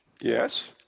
Yes